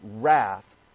wrath